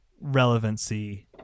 relevancy